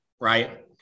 right